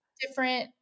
different